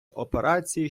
операції